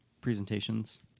presentations